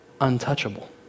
untouchable